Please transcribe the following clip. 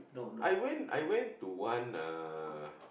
I went I went to one uh